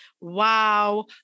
Wow